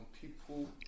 People